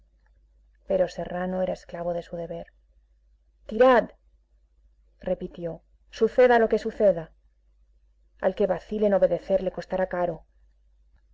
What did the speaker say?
pero serrano era esclavo de su deber tirad repitió suceda lo que suceda al que vacile en obedecer le costará caro